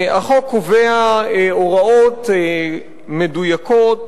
החוק קובע הוראות מדויקות